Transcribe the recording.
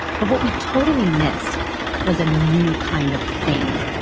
but what we totally missed was a new kind of thing,